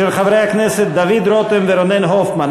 של חברי הכנסת דוד רותם ורונן הופמן.